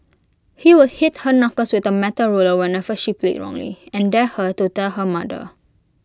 he would hit her knuckles with A metal ruler whenever she played wrongly and dared her to tell her mother